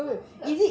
是这个